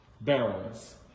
barrels